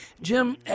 Jim